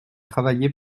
travailler